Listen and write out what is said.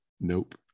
Nope